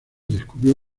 descubrió